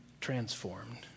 transformed